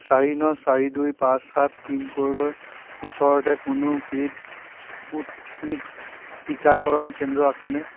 চাৰি ন চাৰি দুই পাঁচ সাত পিনক'ডৰ ওচৰতে কোনো পে'ইড স্পুটনিক টিকাকৰণ কেন্দ্ৰ আছেনে